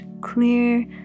clear